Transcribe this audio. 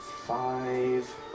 Five